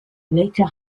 later